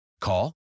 Call